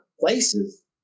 places